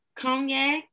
cognac